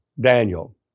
Daniel